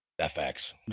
FX